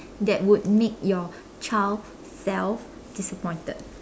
that would make your child self disappointed